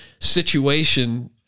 situation